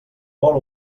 vol